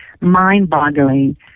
mind-boggling